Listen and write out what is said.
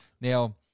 Now